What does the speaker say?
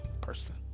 person